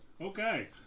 Okay